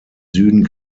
süden